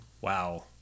Wow